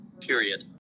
period